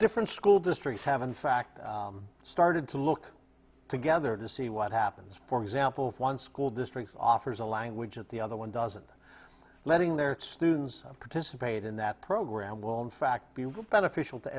different school districts have in fact started to look together to see what happens for example one school districts offers a language that the other one doesn't letting their students participate in that program will in fact be beneficial to